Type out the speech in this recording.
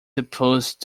supposed